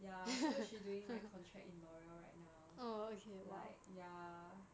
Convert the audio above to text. ya so she doing like contract in l'oreal right now like ya